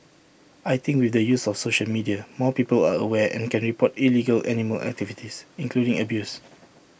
I think with the use of social media more people are aware and can report illegal animal activities including abuse